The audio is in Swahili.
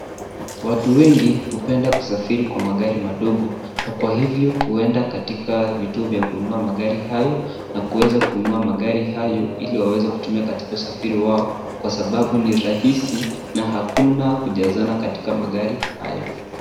Watu wengi hupenda kusafiri kwa magari madogo na kwa hivyo huenda katika vituo vya kununua magari hayo na kuweza kununua magari hayo, ili waweze kutumia katika usafiri wao kwa sababu ni rahisi na hakuna kujazana katika magari hayo.